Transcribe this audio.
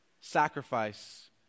sacrifice